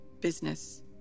business